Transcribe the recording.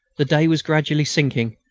the day was gradually sinking,